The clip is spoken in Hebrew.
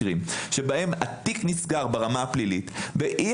יכולים לתאר לך מקרים שבהם התיק נסגר ברמה הפלילית ואי